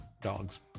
dogs